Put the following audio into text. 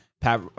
Pat